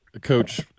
Coach